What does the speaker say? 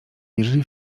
wierzyli